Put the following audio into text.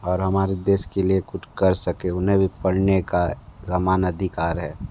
और हमारे देश के लिए कुछ कर सकें उन्हें भी पढ़ने का समान अधिकार है